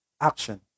action